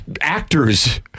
actors